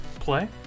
play